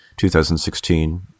2016